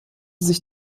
sich